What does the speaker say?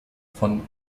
von